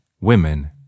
women